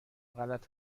غلط